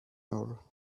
hall